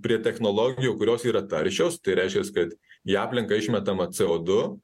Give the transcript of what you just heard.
prie technologijų kurios yra taršios tai reiškias kad į aplinką išmetamą co du